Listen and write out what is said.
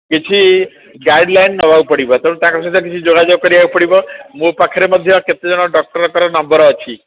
କିଛି ଗାଇଡଲାଇନ ନେବାକୁ ପଡ଼ିବ ତେଣୁ ତାଙ୍କ ସହ କିଛି ଯୋଗଯୋଗ କରିବାକୁ ପଡ଼ିବ ମୋ ପାଖରେ ମଧ୍ୟ କେତେଜଣ ଡକ୍ଟରଙ୍କର ନମ୍ବର ଅଛି